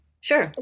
Sure